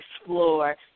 explore